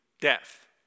death